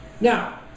Now